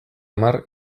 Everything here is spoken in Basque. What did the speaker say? hamar